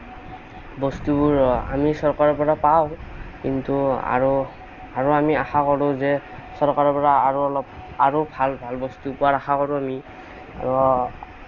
বস্তুবোৰ আমি চৰকাৰৰ পৰা পাওঁ কিন্তু আৰু আৰু আমি আশা কৰোঁ যে চৰকাৰৰ পৰা আৰু অলপ আৰু ভাল ভাল বস্তু পোৱাৰ আশা কৰোঁ আমি আৰু